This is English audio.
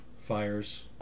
fires